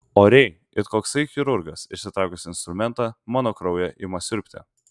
oriai it koksai chirurgas išsitraukęs instrumentą mano kraują ima siurbti